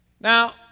Now